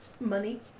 Money